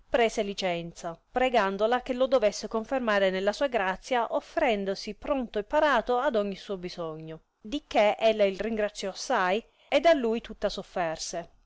prese licenza pregandola che lo dovesse confermare nella sua grazia offerendosi pronto e parato ad ogni suo bisogno dì che ella il ringraziò assai ed a lui tutta s offerse